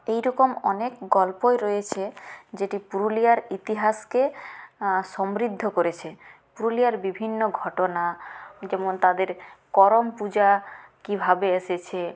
এইরকম অনেক গল্পই রয়েছে যেটি পুরুলিয়ার ইতিহাসকে সমৃদ্ধ করেছে পুরুলিয়ার বিভিন্ন ঘটনা যেমন তাদের করম পূজা কীভাবে এসেছে